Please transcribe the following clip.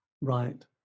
right